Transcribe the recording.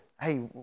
hey